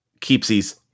Keepsies